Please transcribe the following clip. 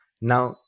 Now